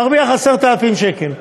מרוויח 10,000 שקל,